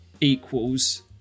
equals